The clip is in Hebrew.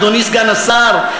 אדוני סגן השר,